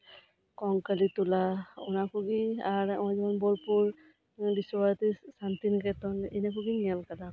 ᱠᱚᱝᱠᱟᱞᱤ ᱛᱚᱞᱟ ᱚᱱᱟ ᱠᱚᱜᱮ ᱟᱨ ᱚᱱᱟ ᱵᱳᱞᱯᱩᱨ ᱵᱤᱥᱥᱚᱵᱷᱟᱨᱚᱛᱤ ᱥᱟᱱᱛᱤᱱᱤᱠᱮᱛᱚᱱ ᱚᱱᱟ ᱠᱚᱜᱮᱧ ᱧᱮᱞ ᱠᱟᱫᱟ